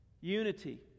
Unity